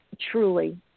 truly